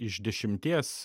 iš dešimties